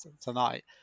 tonight